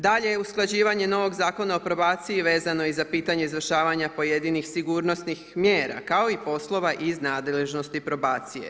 Dalje usklađivanje novog Zakona o probaciji vezano i za pitanje izvršavanja pojedinih sigurnosnih mjera kao i poslova iz nadležnosti probacije.